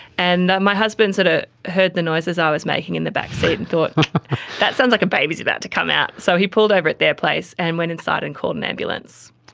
and my husband ah heard the noises i was making in the back seat and thought that sounds like a baby is about to come out, so he pulled over at their place and went inside and called an ambulance.